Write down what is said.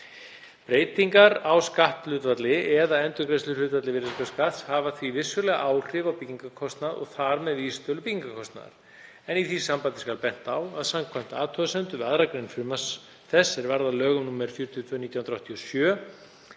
„Breytingar á skatthlutfalli eða endurgreiðsluhlutfalli virðisaukaskatts hafa því vissulega áhrif á byggingarkostnað og þar með vísitölu byggingarkostnaðar en í því sambandi skal bent á að samkvæmt athugasemdum við 2. gr. frumvarps þess er varð að lögum nr. 42/1987